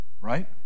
Right